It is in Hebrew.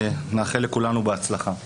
ובהצלחה לכולנו.